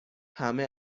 همه